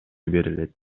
берилет